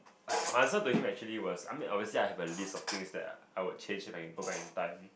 like my answer to him actually was I mean obviously I have a list of things that I would change if I can go back in time